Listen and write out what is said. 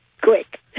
quick